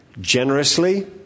Generously